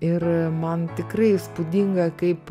ir man tikrai įspūdinga kaip